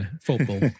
football